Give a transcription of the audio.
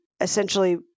essentially